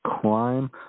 crime